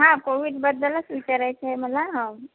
हां कोविडबद्दलच विचारायचं आहे मला हो